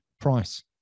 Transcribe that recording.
price